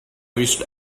wished